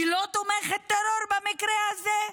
היא לא תומכת טרור במקרה הזה?